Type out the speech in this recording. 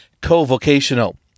co-vocational